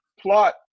plot